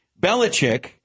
Belichick